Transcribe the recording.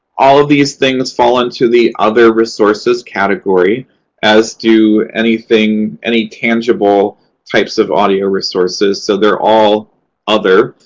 all of these things fall into the other resources category as do anything any tangible types of audio resources. so they're all other.